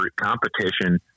competition